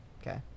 okay